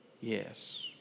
yes